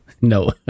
no